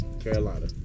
Carolina